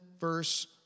verse